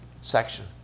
section